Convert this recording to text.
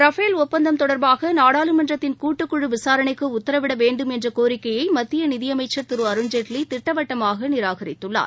Rafale ஒப்பந்தம் தொடர்பாகநாடாளமன்றத்தின் கூட்டுக்குழுவிசாரணைக்குஉத்தரவிடவேண்டும் என்றகோரிக்கையைமத்தியநிதியமைச்சர் திருஅருண்ஜேட்லி திட்டவட்டமாகநிராகரித்துள்ளார்